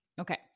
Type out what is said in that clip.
Okay